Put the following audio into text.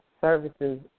services